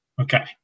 Okay